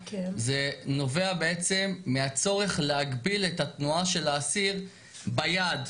זה נובע בעצם מהצורך להגביל את התנועה של האסיר ביד,